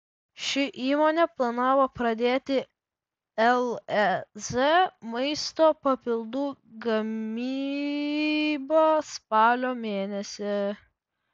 ši įmonė planavo pradėti lez maisto papildų gamybą spalio mėnesį